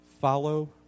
Follow